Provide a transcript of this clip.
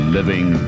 Living